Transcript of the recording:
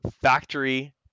factory